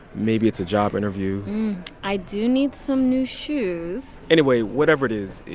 maybe it's a job interview i do need some new shoes anyway, whatever it is,